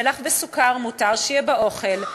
מלח וסוכר מותר שיהיו באוכל.